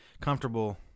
comfortable